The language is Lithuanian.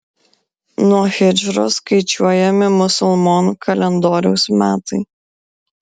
nuo hidžros skaičiuojami musulmonų kalendoriaus metai